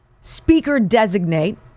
Speaker-designate